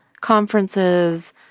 conferences